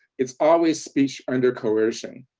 it's always speech under coercion.